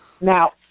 Now